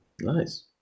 nice